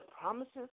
promises